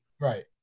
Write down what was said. right